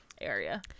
area